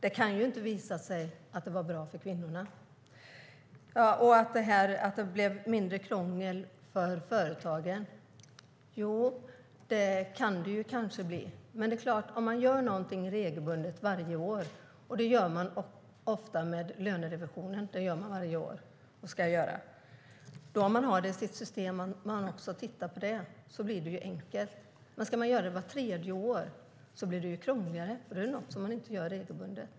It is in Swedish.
Det kan inte visa sig att det som gjordes var bra för kvinnorna. Mindre krångel för företagen kan det kanske bli. Men om jag gör någonting regelbundet varje år, och lönerevision görs varje år, blir det enkelt. Men ska man göra det vart tredje år blir det krångligare, för då är det inte något som görs regelbundet.